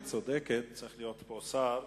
גברתי צודקת, צריך להיות פה שר.